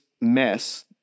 mess